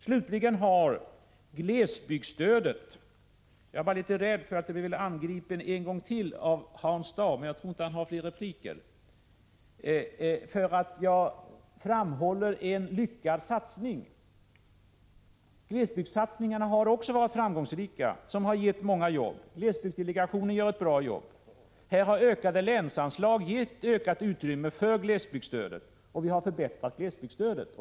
Slutligen har vi glesbygdsstödet — jag var litet rädd för att bli angripen en gång till av Hans Dau, men jag tror inte att han har rätt till fler inlägg — och där jag vill framhålla en lyckad satsning. Glesbygdssatsningarna har varit framgångsrika och skapat många jobb. Glesbygdsdelegationen gör ett bra arbete. Här har ökade länsanslag gett ökat utrymme för glesbygdsstödet, och vi har förbättrat detta stöd.